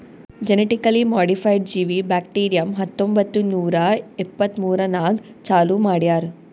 genetically modified ಜೀವಿ bacterium ಹತ್ತೊಂಬತ್ತು ನೂರಾ ಎಪ್ಪತ್ಮೂರನಾಗ್ ಚಾಲೂ ಮಾಡ್ಯಾರ್